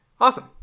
Awesome